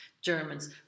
Germans